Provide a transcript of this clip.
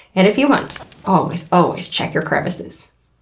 and if you hunt always, always check your crevices.